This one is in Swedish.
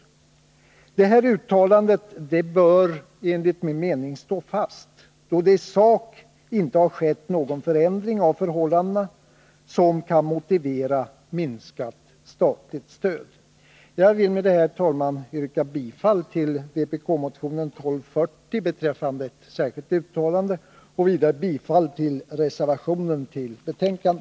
Det här uttalandet bör enligt min mening stå fast, då det i sak inte har skett någon förändring av förhållandena som kan motivera minskat statligt stöd. Jag vill med det här, herr talman, yrka bifall till vpk-motionen 1240 Nr 134 beträffande ett särskilt uttalande och vidare bifall till reservationen vid